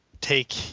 take